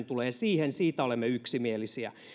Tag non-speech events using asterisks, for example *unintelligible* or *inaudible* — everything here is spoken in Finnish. *unintelligible* tulee pääomittaminen siitä olemme yksimielisiä